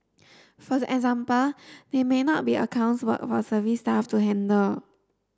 for the example they may not be accounts work for service staff to handle